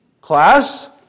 Class